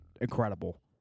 incredible